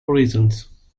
reasons